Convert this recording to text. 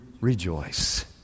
Rejoice